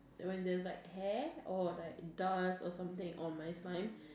when there's like hair or like dust or something on my slime